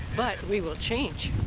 but we will change.